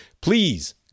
please